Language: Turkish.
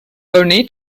örneği